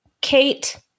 Kate